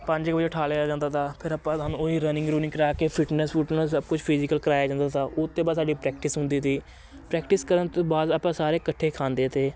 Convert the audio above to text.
ਪੰਜ ਵਜੇ ਠਾਲਿਆ ਜਾਂਦਾ ਤਾ ਫਿਰ ਆਪਾਂ ਸਾਨੂੰ ਉਹੀ ਰਨਿੰਗ ਰੁਨਿੰਗ ਕਰਾ ਕੇ ਫਿਟਨੈਸ ਫੁਟਨੈਸ ਸਭ ਕੁਝ ਫਿਜੀਕਲ ਕਰਾਇਆ ਜਾਂਦਾ ਤਾ ਉਹ ਤੋਂ ਬਾਅਦ ਸਾਡੀ ਪ੍ਰੈਕਟਿਸ ਹੁੰਦੀ ਤੀ ਪ੍ਰੈਕਟਿਸ ਕਰਨ ਤੋਂ ਬਾਅਦ ਆਪਾਂ ਸਾਰੇ ਇਕੱਠੇ ਖਾਂਦੇ ਤੇ